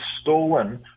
stolen